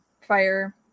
fire